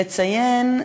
לציין,